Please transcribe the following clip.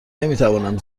نمیتوانم